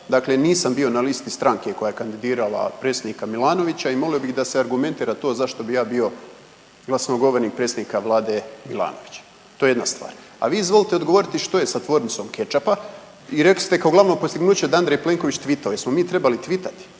dakle nisam bio na listi stranke koja je kandidirala predsjednika Milanovića i molio bih da se argumentira to zašto bi ja to bio glasnogovornik predsjednika vlade Minalovića, to je jedna stvar. A vi izvolite odgovoriti što je sa tvornicom kečapa i rekli ste kao glavno postignuće da je Andrej Plenković tvitao, jesmo li mi trebali tvitati?